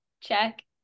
Check